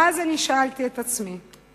ואז שאלתי את עצמי,